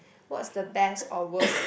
what's the best or worst